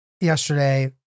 yesterday